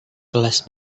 kelas